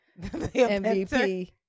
MVP